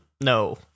No